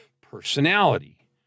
personality